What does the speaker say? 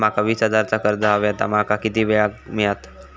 माका वीस हजार चा कर्ज हव्या ता माका किती वेळा क मिळात?